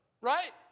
Right